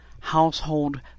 Household